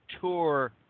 tour